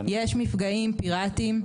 יש מפגעים פיראטיים,